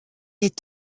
est